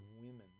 women